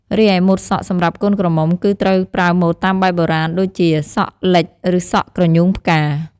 រីឯម៉ូតសក់សម្រាប់កូនក្រមុំគឺត្រូវប្រើម៉ូតតាមបែបបុរាណ ដូចជា សក់លិចឬសក់ក្រញូងផ្កា។